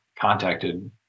contacted